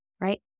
right